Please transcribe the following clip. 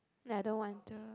no I don't want to